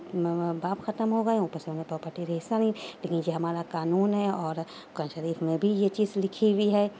ماں باپ ختم ہو گئے اوپر سے انہیں پراپرٹی میں حصہ نہیں لیکن یہ ہمارا قانون ہے اور قرآن شریف میں بھی یہ چیز لکھی ہوئی ہے